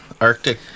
Arctic